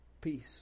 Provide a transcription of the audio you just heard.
peace